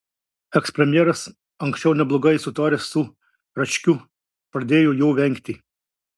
ekspremjeras anksčiau neblogai sutaręs su račkiu pradėjo jo vengti